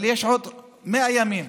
אבל יש עוד 100 ימים.